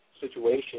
situation